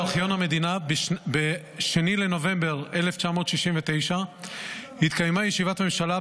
בארכיון המדינה ב-2 בנובמבר 1969 התקיימה ישיבת ממשלה,